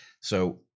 So-